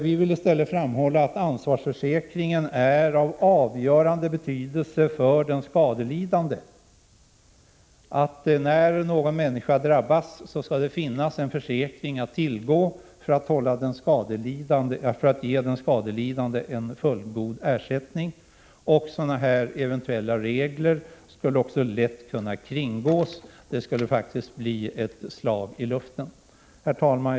Vi vill i stället framhålla att en ansvarsförsäkring är av avgörande betydelse för den skadelidande. När någon människa drabbas skall det finnas en försäkring att tillgå, som kan ge den skadelidande en fullgod ersättning. Regler av den föreslagna typen skulle också lätt kunna kringgås. De skulle bli ett slag i luften. Herr talman!